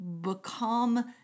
become